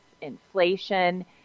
inflation